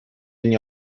nie